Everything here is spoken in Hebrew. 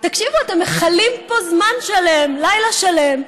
תקשיבו, אתם מכלים פה זמן שלם, לילה שלם,